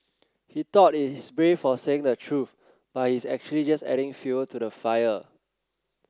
he thought he's brave for saying the truth but he's actually just adding fuel to the fire